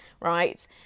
right